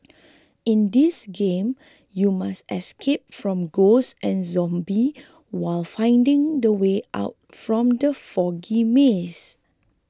in this game you must escape from ghosts and zombies while finding the way out from the foggy maze